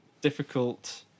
difficult